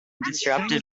disrupted